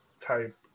type